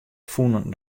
fûnen